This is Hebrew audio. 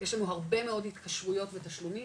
יש לנו הרבה מאוד התקשרויות ותשלומים,